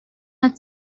had